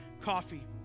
coffee